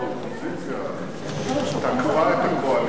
שהאופוזיציה תקפה את הקואליציה,